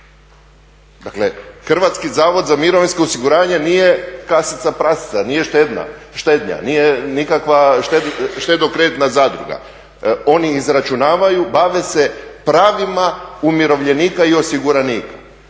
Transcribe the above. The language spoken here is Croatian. Dakle, Hrvatski zavod za mirovinsko osiguranje nije kasica prasica, nije štednja, nije nikakva štedokreditna zadruga. Oni izračunavaju, bave se pravima umirovljenika i osiguranika.